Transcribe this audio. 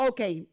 Okay